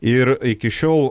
ir iki šiol